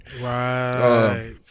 Right